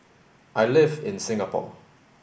I live in Singapore